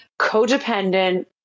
codependent